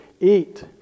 eat